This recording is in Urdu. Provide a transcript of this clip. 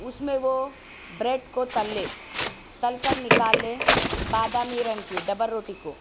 اس میں وہ بریڈ کو تل لے تل کر نکال لے بادامی رنگ کی ڈبل روٹی کو